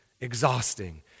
exhausting